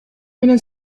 менен